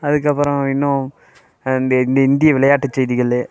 அதுக்கு அப்புறம் இன்னும் இந்திய இந்திய இந்திய விளையாட்டு செய்திகள்